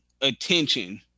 attention